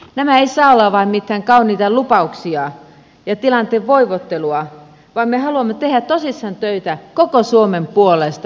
nämä eivät saa olla vain mitään kauniita lupauksia ja tilanteen voivottelua vaan me haluamme tehdä tosissaan töitä koko suomen puolesta